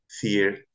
fear